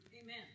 Amen